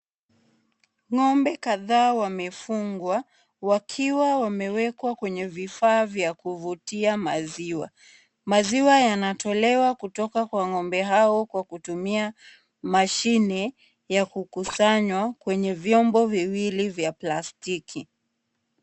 Ng'ombe kadhaa wamefungwa, wakiwa wamewekwa kwenye vifaa vya kuvutia maziwa. Maziwa yanatolewa kwa ng'ombe hawa kwa kutumia mashine ya kukusanywa kwenye vyombo viwili vya plastiki.